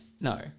No